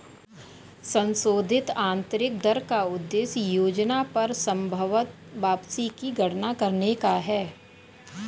संशोधित आंतरिक दर का उद्देश्य योजना पर संभवत वापसी की गणना करने का है